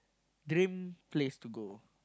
dream place to go